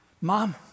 Mom